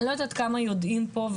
אני לא יודעת כמה יודעים פה,